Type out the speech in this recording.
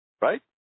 right